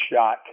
shot